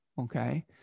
Okay